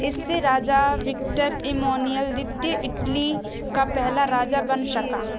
इससे राजा Victor Emmanuel द्वितीय इटली का पहला राजा बन सका